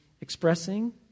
expressing